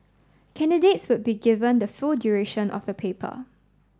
candidates would be given the full duration of the paper